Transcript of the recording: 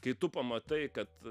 kai tu pamatai kad